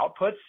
outputs